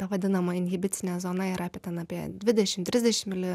ta vadinama inhibicinė zona yra apie ten apie dvidešim trisdešim mili